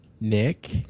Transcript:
Nick